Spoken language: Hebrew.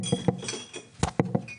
תקופות בה הנוכחות הייתה יחסית נמוכה,